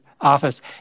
office